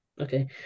Okay